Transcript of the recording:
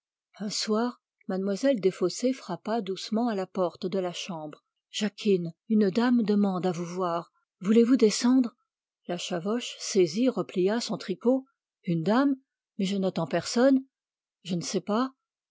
un soir mlle desfossés frappa doucement à la porte de la chambre jacquine une jeune femme demande à vous voir voulez-vous descendre la chavoche saisie replia son tricot une jeune femme mais je n'attends personne je ne sais pas